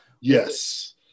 Yes